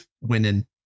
winning